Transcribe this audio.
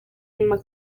nyuma